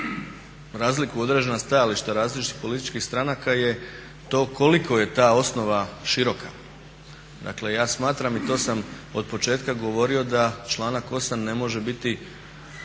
razlikuju određena stajališta različitih političkih stranaka je to koliko je ta osnova široka. Dakle, ja smatram i to sam od početka govorio da članak 8.ne može biti